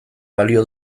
balio